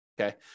okay